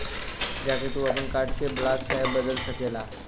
जा के तू आपन कार्ड के ब्लाक चाहे बदल सकेला